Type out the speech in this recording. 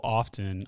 often